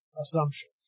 assumption